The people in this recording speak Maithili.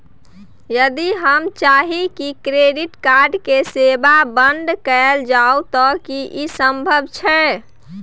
यदि हम चाही की क्रेडिट कार्ड के सेवा बंद कैल जाऊ त की इ संभव छै?